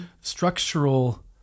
structural